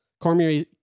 Cormier